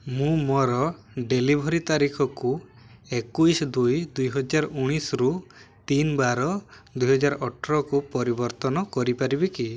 ମୁଁ ମୋର ଡେଲିଭରି ତାରିଖକୁ ଏକୋଇଶ ଦୁଇ ଦୁଇହଜାର ଉଣେଇଶରୁ ତିନି ବାର ଦୁଇହଜାର ଅଠରକୁ ପରିବର୍ତ୍ତନ କରିପାରିବି କି